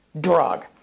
drug